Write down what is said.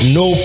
no